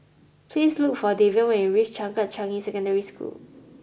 please look for Davion when you reach Changkat Changi Secondary School